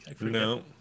No